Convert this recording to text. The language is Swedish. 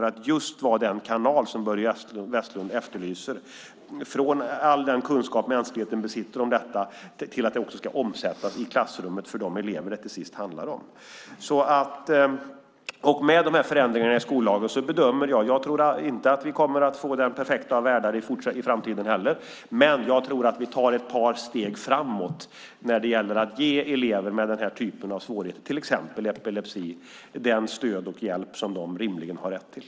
Den ska vara den kanal som Börje Vestlund efterlyser från all den kunskap mänskligheten besitter om detta till att kunskapen också ska omsättas i klassrummet för de elever det till sist handlar om. Jag tror inte att vi kommer att få den perfekta av världar i framtiden heller. Men jag tror att vi tar ett par steg framåt med de här förändringarna i skollagen när det gäller att ge elever med den här typen av svårigheter, till exempel epilepsi, det stöd och den hjälp som de rimligen har rätt till.